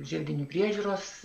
želdinių priežiūros